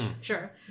sure